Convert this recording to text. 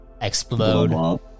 explode